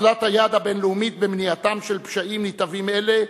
אוזלת היד הבין-לאומית במניעתם של פשעים נתעבים אלה,